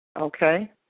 Okay